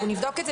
נבדוק את זה.